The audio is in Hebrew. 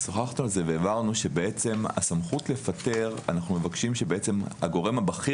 שוחחנו על זה והבהרנו שאנחנו מבקשים הגורם הבכיר